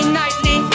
nightly